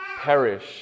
perish